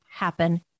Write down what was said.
happen